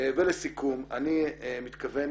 ולסיכום, אני מתכוון